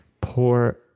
poor